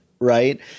right